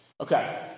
Okay